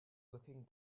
looking